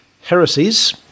heresies